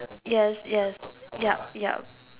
yes yes yep yep